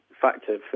factor